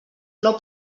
plou